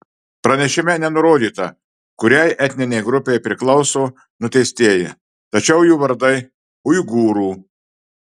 pranešime nenurodyta kuriai etninei grupei priklauso nuteistieji tačiau jų vardai uigūrų